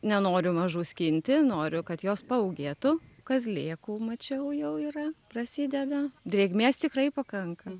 nenoriu mažų skinti noriu kad jos paūgėtų kazlėkų mačiau jau yra prasideda drėgmės tikrai pakanka